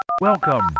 Welcome